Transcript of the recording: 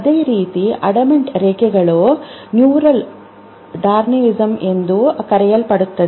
ಅದೇ ರೀತಿ ಅಡಾಮಂಟ್ ಕರೆಗಳನ್ನು ನ್ಯೂರಲ್ ಡಾರ್ವಿನಿಸಂ ಎಂದು ಕರೆಯಲಾಗುತ್ತದೆ